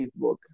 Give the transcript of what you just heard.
Facebook